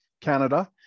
Canada